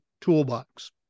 toolbox